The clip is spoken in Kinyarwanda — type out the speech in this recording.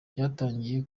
byatangiye